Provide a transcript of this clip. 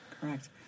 Correct